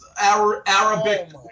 Arabic